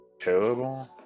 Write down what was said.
terrible